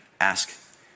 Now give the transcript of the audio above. ask